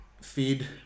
feed